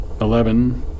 Eleven